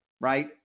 right